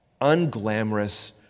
unglamorous